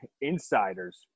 insiders